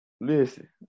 listen